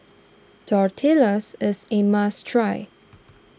Tortillas is a must try